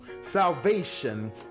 salvation